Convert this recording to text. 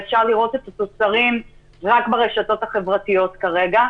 ואפשר לראות את התוצרים ברשתות החברתיות כרגע.